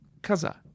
Kaza